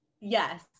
Yes